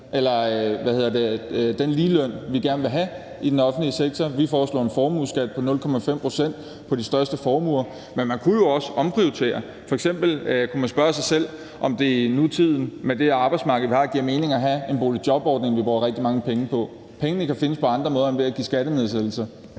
den ligeløn, vi gerne vil have i den offentlige sektor – og vi foreslår en formueskat på 0,5 pct. på de største formuer – eller at man omprioriterer. F.eks. kunne man spørge sig selv, om det i nutiden med det arbejdsmarked, vi har, giver mening at have en boligjobordning, som vi bruger rigtig mange penge på. Pengene kan findes på andre måder end ved at give skattenedsættelser.